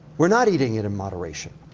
we're not eating it in moderation.